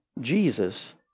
Jesus